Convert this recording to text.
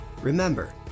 Remember